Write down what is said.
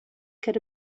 could